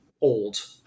old